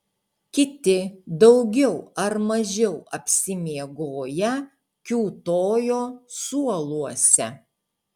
kiti daugiau ar mažiau apsimiegoję kiūtojo suoluose